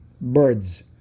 birds